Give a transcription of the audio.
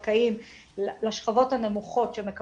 אני מבקש להגיד שכיתות ה'-ו' חוזרות